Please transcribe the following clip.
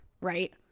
right